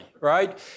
right